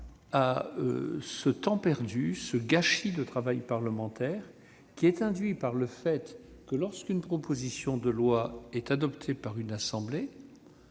à ce temps perdu, à ce gâchis de travail parlementaire induit par le fait qu'une proposition de loi adoptée par une assemblée